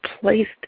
placed